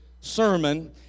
sermon